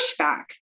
pushback